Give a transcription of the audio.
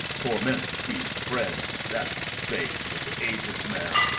torment, sweet friend, that base and aged man,